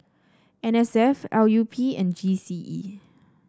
N S F L U P and G C E